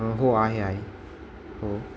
हो आहे आहे हो